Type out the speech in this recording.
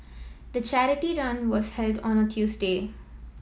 the charity run was held on a Tuesday